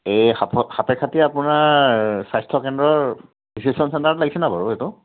এই সাপ সাপেখাতি আপোনাৰ স্বাস্থ্য কেন্দ্ৰৰ ৰিচিপশ্যন চেণ্টাৰত লাগিছে নাই বাৰু এইটো